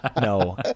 no